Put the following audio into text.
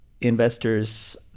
investors